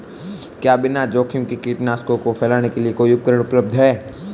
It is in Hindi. क्या बिना जोखिम के कीटनाशकों को फैलाने के लिए कोई उपकरण उपलब्ध है?